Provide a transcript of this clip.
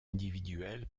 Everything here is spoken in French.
individuelles